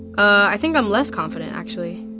i think i'm less confident, actually.